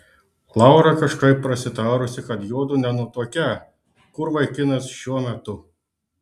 laura kažkaip prasitarusi kad juodu nenutuokią kur vaikinas šiuo metu